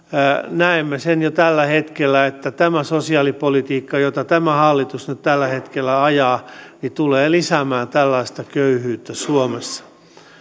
näemme sen jo tällä hetkellä että tämä sosiaalipolitiikka jota tämä hallitus nyt tällä hetkellä ajaa tulee lisäämään tällaista köyhyyttä suomessa